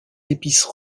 épices